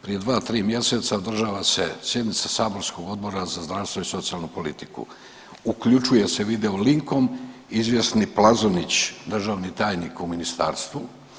Prije 2-3 mjeseca održava se sjednica saborskog Odbora za zdravstvo i socijalnu politiku uključuje se video linkom izvjesni Plazonić, državni tajnik u ministarstvu.